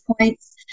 points